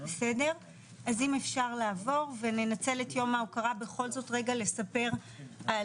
אז אם אפשר לעבור וננצל את יום ההוקרה בכל זאת לספר רגע על